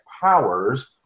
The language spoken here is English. powers